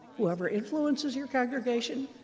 whoever influences your congregation,